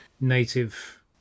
native